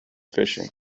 fishing